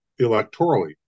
electorally